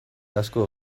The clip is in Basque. asko